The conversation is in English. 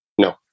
No